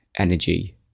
energy